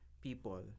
people